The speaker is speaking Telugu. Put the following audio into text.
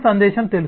సందేశం తెలుసు